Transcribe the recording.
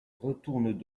retourne